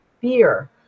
fear